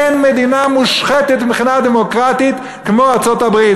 אין מדינה מושחתת מבחינה דמוקרטית כמו ארצות-הברית,